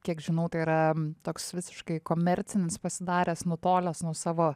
kiek žinau tai yra toks visiškai komercinis pasidaręs nutolęs nuo savo